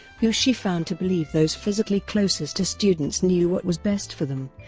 who she found to believe those physically closest to students knew what was best for them,